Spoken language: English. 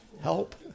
help